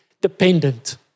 dependent